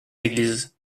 églises